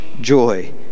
joy